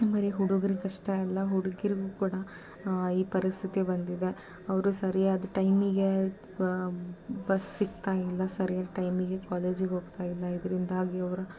ಬರೀ ಹುಡುಗ್ರಿಗೆ ಅಷ್ಟೇ ಅಲ್ಲ ಹುಡುಗೀರ್ಗೂ ಕೂಡ ಈ ಪರಿಸ್ಥಿತಿ ಬಂದಿದೆ ಅವರು ಸರಿಯಾದ ಟೈಮಿಗೆ ಬ ಬಸ್ ಸಿಗ್ತಾ ಇಲ್ಲ ಸರಿಯಾದ ಟೈಮಿಗೆ ಕಾಲೇಜಿಗೆ ಹೋಗ್ತಾ ಇಲ್ಲ ಇದರಿಂದಾಗಿ ಅವರ